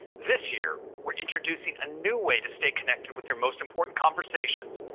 this year, we're introducing a new way to stay connected with your most important conversations,